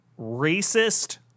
racist